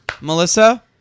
Melissa